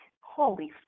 holy